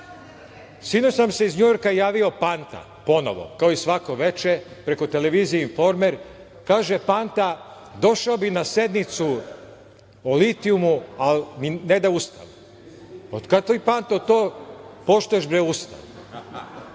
nam se iz Njujorka javio Panta, ponovo, kao i svako veče, preko televizije „Informer“. Kaže Panta, došao bi na sednicu o litijumu, ali mu ne da Ustav. Od kad ti Panto poštuješ Ustav?